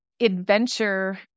adventure